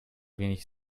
wenig